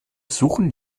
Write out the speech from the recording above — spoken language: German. suchen